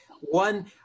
One